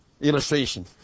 illustration